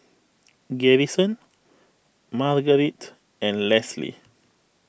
Garrison Margarite and Lesley